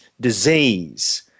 disease